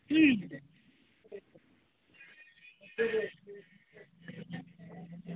কী